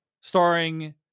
starring